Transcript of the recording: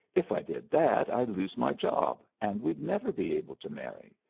if i did that i'd lose my job, and we'd never be able to marry.